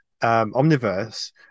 Omniverse